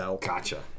Gotcha